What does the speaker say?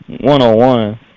One-on-one